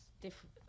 different